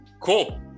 Cool